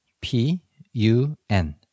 p-u-n